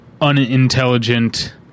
unintelligent